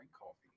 coffee